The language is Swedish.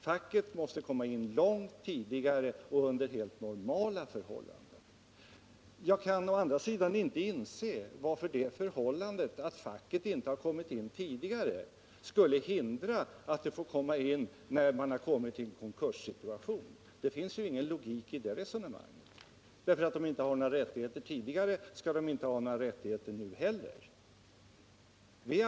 Facket måste komma in långt tidigare och under helt normala förhållanden. Jag kan å andra sidan inte inse varför det förhållandet att facket inte har fått vara med tidigare skall hindra det att vara med när man har kommit till en konkurssituation. Det finns inte någon logik i det resonemanget. Eftersom facket tidigare inte har haft några rättigheter, skall det inte ha några då heller, resonerar tydligen Bernt Ekinge.